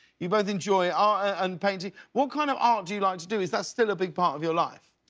you both enjoy art ah and painting. what kind of art do you like to do? is that still a big part of your life?